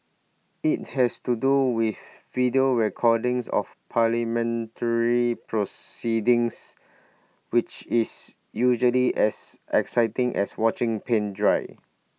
IT has to do with video recordings of parliamentary proceedings which is usually as exciting as watching paint dry